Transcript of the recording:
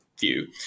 view